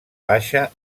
baixa